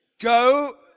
go